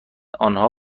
آنها